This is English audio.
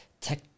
tech